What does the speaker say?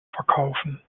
verkaufen